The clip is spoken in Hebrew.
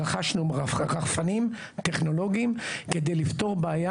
רכשנו רחפנים טכנולוגיים כדי לפתור בעיה